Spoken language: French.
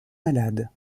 malades